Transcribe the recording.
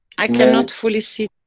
i cannot fully see